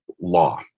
law